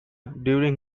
during